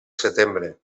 setembre